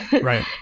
Right